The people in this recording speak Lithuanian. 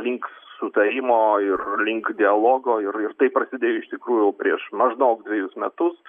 link sutarimo ir link dialogo ir ir tai prasidėjo iš tikrųjų prieš maždaug dvejus metus